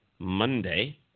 Monday